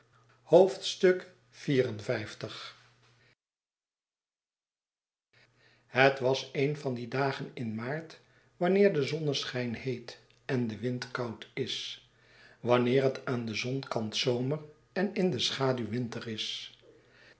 liv het was een van die dagen in maart wanneer de zonneschijn heet en de wind koud is wanneer het aan den zonkant zomer en in de schaduw winter is